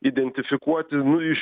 identifikuoti nu iš